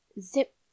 zip